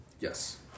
Yes